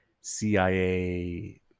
CIA